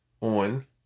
on